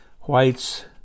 Whites